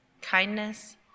kindness